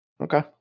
Okay